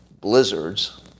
blizzards